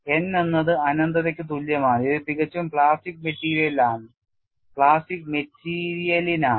n എന്നത് അനന്തതയ്ക്ക് തുല്യമാണ് ഇത് തികച്ചും പ്ലാസ്റ്റിക് മെറ്റീരിയലിനാണ്